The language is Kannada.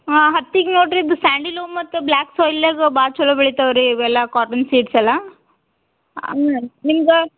ಹಾಂ ಹತ್ತಿಗೆ ನೋಡ್ರಿ ಇದು ಸ್ಯಾಂಡಲು ಮತ್ತು ಬ್ಲಾಕ್ ಸಾಯ್ಲಾಗ ಭಾಳ್ ಚಲೋ ಬೆಳಿತಾವ ರೀ ಇವೆಲ್ಲ ಕಾಟನ್ ಸೀಡ್ಸ್ ಎಲ್ಲ ಹಾಂ ನಿಮ್ಗೆ